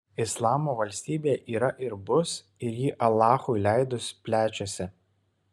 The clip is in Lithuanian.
islamo valstybė yra ir bus ir ji alachui leidus plečiasi